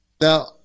Now